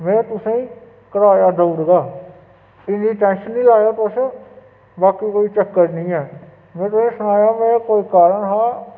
में तुसेंगी कराया दई उड़गा इन्नी टैंशन नी लैएओ तुस बाकी कोई चक्कर नी ऐ में तुसें सनाया में कोई कारण हा